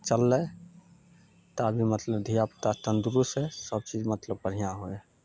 चललै तऽ अभी मतलब धिया पूता तन्दूरुस्त हइ सब चीज मतलब बढ़िआँ होइ हइ